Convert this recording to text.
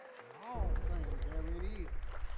and all things there it is